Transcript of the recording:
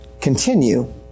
continue